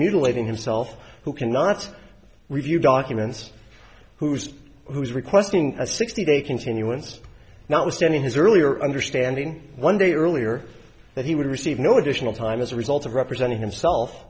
mutilating himself who cannot review documents whose who is requesting a sixty day continuance now extending his earlier understanding one day earlier that he would receive no additional time as a result of representing himself